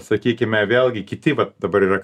sakykime vėlgi kiti vat dabar yra